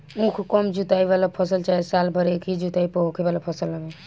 उख कम जुताई वाला फसल चाहे साल भर एकही जुताई पर होखे वाला फसल हवे